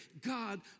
God